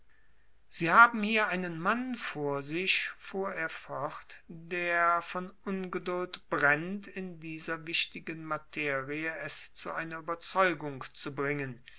sie haben hier einen mann vor sich fuhr er fort der von ungeduld brennt in dieser wichtigen materie es zu einer überzeugung zu bringen